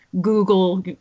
Google